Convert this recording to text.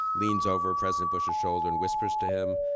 leans over president bush's shoulder and whispers to him,